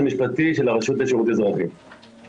אנחנו